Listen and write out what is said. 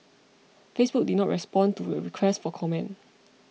Facebook did not respond to a request for comment